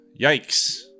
Yikes